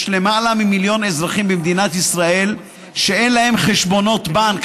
יש למעלה ממיליון אזרחים במדינת ישראל שאין להם חשבונות בנק,